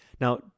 Now